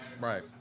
Right